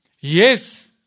Yes